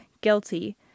guilty